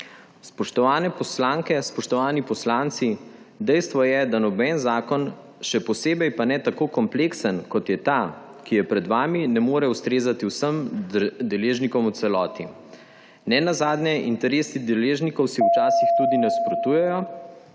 Spoštovane poslanke, spoštovani poslanci! Dejstvo je, da noben zakon, še posebej pa ne tako kompleksen, kot je ta, ki je pred vami, ne more ustrezati vsem deležnikom v celoti. Nenazadnje se interesi deležnikov včasih tudi nasprotujejo.